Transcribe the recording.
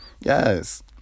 Yes